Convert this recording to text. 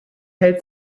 hält